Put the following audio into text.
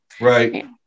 Right